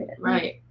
right